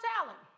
talent